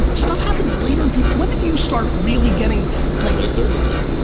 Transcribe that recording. stuff happens later in people. when did you start really getting like. late thirty s man,